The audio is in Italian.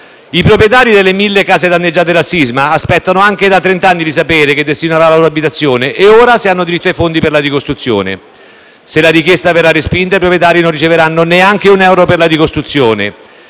I proprietari delle mille case danneggiate dal sisma aspettano da trent’anni di sapere che destino avrà la loro abitazione e ora se hanno diritto ai fondi per la ricostruzione. Se la richiesta viene respinta i proprietari, non riceveranno neanche un euro per la ricostruzione.